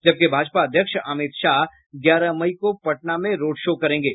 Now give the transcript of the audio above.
जबकि भाजपा अध्यक्ष अमित शाह ग्यारह मई को पटना में रोड शो करेंगे